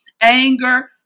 anger